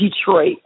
Detroit